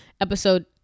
episode